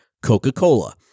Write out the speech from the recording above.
Coca-Cola